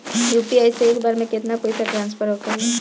UPI से एक बार मे केतना पैसा ट्रस्फर होखे ला?